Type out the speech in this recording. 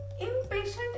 Impatient